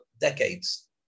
decades